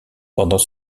pendant